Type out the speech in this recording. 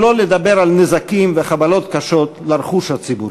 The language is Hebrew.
שלא לדבר על נזקים וחבלות קשות לרכוש הציבורי,